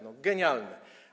No genialne.